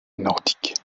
nordique